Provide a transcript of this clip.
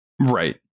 Right